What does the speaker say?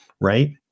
right